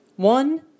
One